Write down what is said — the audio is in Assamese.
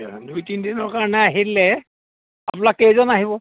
দুই তিনদিনৰ কাৰণে আহিলে আপোনালোক কেইজন আহিব